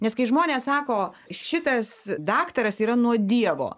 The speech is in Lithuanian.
nes kai žmonės sako šitas daktaras yra nuo dievo